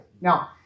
Now